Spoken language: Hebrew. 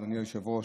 אדוני היושב-ראש,